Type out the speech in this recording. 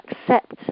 accept